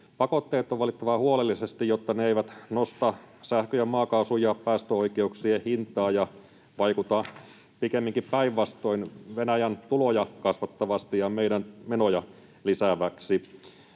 Pakotteet on valittava huolellisesti, jotta ne eivät nosta sähkön ja maakaasun ja päästöoikeuksien hintaa ja vaikuta pikemminkin päinvastoin Venäjän tuloja kasvattavasti ja meidän menoja lisäävästi.